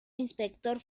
inspector